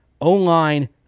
O-line